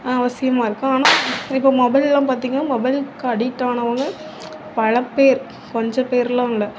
அவசியமாக இருக்கும் ஆனால் இப்போ மொபைல்லாம் பார்த்திங்கன்னா மொபைல்க்கு அடிக்ட் ஆனவங்க பலப்பேர் கொஞ்ச பேர்லாம் இல்லை